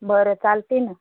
बरं चालते ना